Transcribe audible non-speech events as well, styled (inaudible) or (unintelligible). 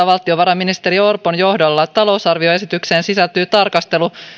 (unintelligible) valtiovarainministeri orpon johdolla ensimmäistä kertaa talousarvioesitykseen sisältyy tarkastelu